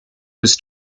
was